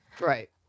Right